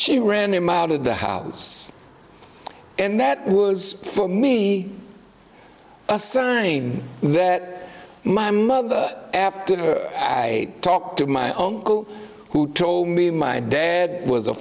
she ran him out of the house and that was for me a surname that my mother after i talked to my uncle who told me my dad was a